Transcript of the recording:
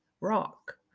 rock